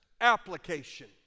application